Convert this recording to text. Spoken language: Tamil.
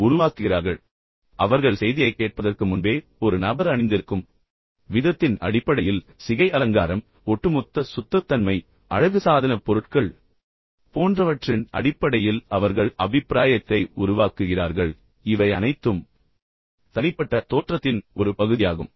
எனவே அவர்கள் செய்தியைக் கேட்பதற்கு முன்பே ஒரு நபர் அணிந்திருக்கும் விதத்தின் அடிப்படையில் அந்த நபரின் சிகை அலங்காரம் ஒட்டுமொத்த சுத்தத்தன்மை அழகுசாதனப் பொருட்கள் போன்றவற்றின் அடிப்படையில் அவர்கள் அபிப்பிராயத்தை உருவாக்குகிறார்கள் இவை அனைத்தும் தனிப்பட்ட தோற்றத்தின் ஒரு பகுதியாகும்